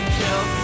kill